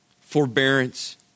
Forbearance